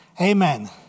amen